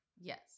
Yes